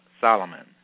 Solomon